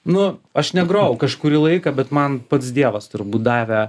nu aš negrojau kažkurį laiką bet man pats dievas turbūt davė